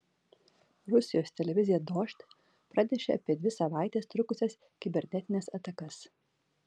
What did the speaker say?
rusijos televizija dožd pranešė apie dvi savaites trukusias kibernetines atakas